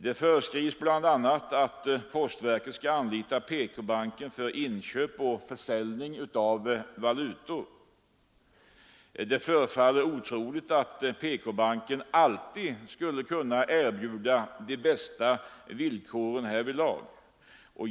Det föreskrivs bl.a. att postverket skall anlita PK-banken för inköp och försäljning av valutor. Det förefaller otroligt att PK-banken alltid skulle erbjuda de bästa villkoren härvidlag.